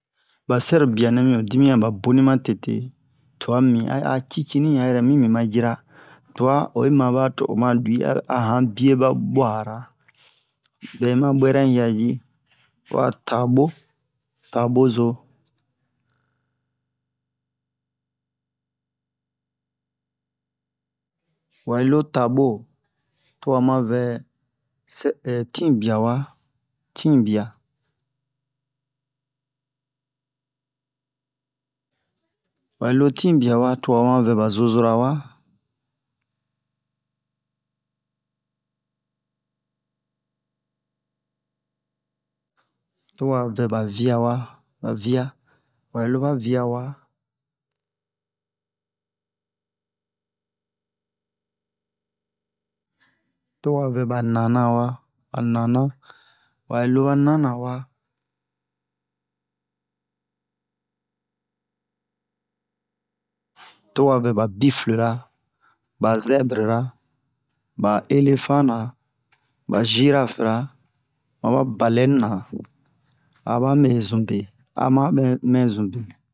ba sɛrobianɛ mi'o dimiyan ba boni ma tete tua mimi a'a cicini a yɛrɛ mimi ma jira tua oyi maba to'o ma lui a yan bie ba bua'ara bɛ unma bwɛra unyia ji ho'a tabo tabozo wa'ilo tabo towa mavɛ sɛ tin bia wa tin bia wa'i lo tin bia wa to wama vɛ ba zozora wa towa vɛba via wa ba via wa'i loba via wa towa vɛba nana wa ba nana wa'i loba nana wa towa vɛba buffle ra ba zèbre ra ba éléphant na ba girafe ra maba baleine na aba me zunbe ama mɛ mɛ zunbe